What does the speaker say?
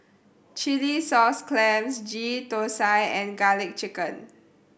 Chilli Sauce Clams Gheeh Thosai and Garlic Chicken